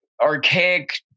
archaic